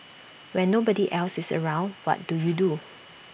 when nobody else is around what do you do